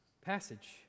passage